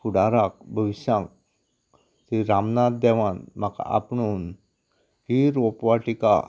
फुडाराक भविश्यांत थंय रामनाथ देवान म्हाका आपणून ही रोप वाटिका